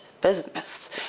business